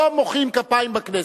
לא מוחאים כפיים בכנסת.